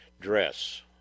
dress